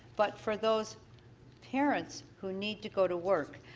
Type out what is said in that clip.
but for those parents who need to go to work.